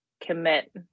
commit